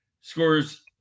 Scores